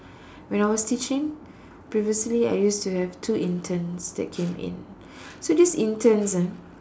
when I was teaching previously I used to have two interns that came in so these interns ah